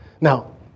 Now